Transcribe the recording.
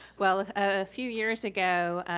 well, a few years ago,